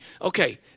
Okay